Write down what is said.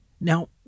Now